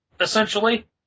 essentially